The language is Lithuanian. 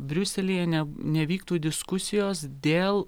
briuselyje nevyktų diskusijos dėl